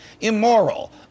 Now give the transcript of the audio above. immoral